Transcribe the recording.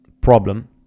problem